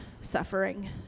suffering